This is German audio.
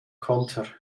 konter